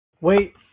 Wait